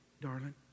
Darling